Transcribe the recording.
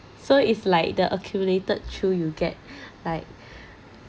so it's like the accumulated through you get like